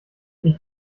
ich